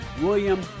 william